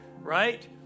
right